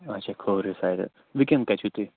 اچھا کھوورِ سایڈٕ وٕنۍکٮ۪ن کَتہِ چھُو تُہۍ